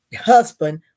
husband